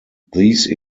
these